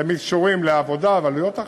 הם תמיד קשורים לעבודה ולעלויות אחרות,